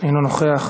אינו נוכח,